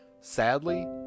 Sadly